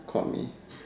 caught me